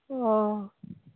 ᱚᱻ